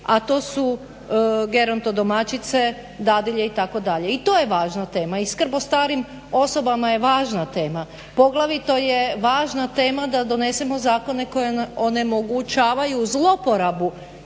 a to su gerontodomaćice, dadilje itd. i to je važna tema, i skrb o starim osobama je važna tema, poglavito je važna tema da donesemo zakone koji onemogućavaju zlouporabu